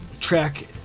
track